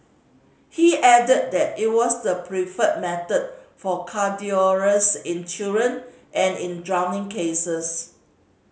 he added that it was the preferred method for cardiac arrest in children and in drowning cases